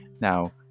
Now